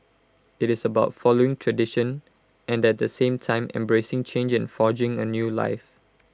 IT is about following tradition and at the same time embracing change and forging A new life